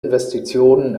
investitionen